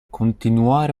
continuare